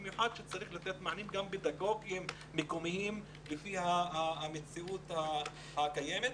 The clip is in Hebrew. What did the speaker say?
במיוחד שצריך לתת מענים פדגוגיים מקומיים לפי המציאות הקיימת.